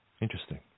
Interesting